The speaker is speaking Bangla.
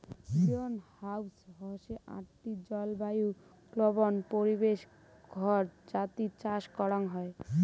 গ্রিনহাউস হসে আকটি জলবায়ু কন্ট্রোল্ড পরিবেশ ঘর যাতি চাষ করাং হই